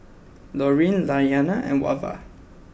Lorene Iyanna and Wava